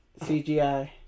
CGI